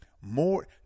More